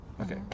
Okay